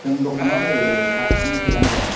जोंनि दखानावनो एबेलेबोलखा नों फैलानो जाबाय